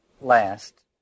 last